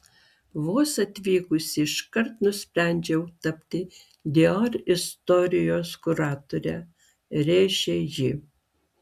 vos atvykusi iškart nusprendžiau tapti dior istorijos kuratore rėžė ji